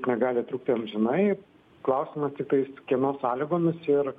negali trukti amžinai klausimas tiktais kieno sąlygomis ir